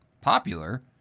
popular